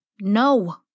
No